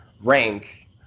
rank